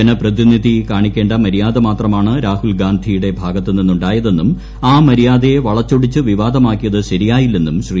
ജനപ്രതിനിധി കാണിക്കേണ്ട മര്യാദ മാത്രമാണ് രാഹുൽ ഗാന്ധിയുടെ ഭാഗത്തുനിന്ന് ഉണ്ടായതെന്നും ആ മര്യാദയെ വളച്ചൊടിച്ച് വിവാദമാക്കിയത് ശരിയായില്ലെന്നും ശ്രീ